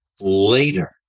later